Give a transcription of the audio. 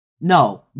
No